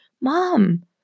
mom